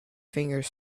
fingers